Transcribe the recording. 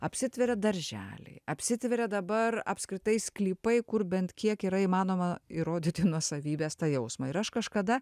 apsitveria darželiai apsitveria dabar apskritai sklypai kur bent kiek yra įmanoma įrodyti nuosavybės tą jausmą ir aš kažkada